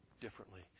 differently